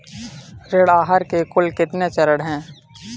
ऋण आहार के कुल कितने चरण हैं?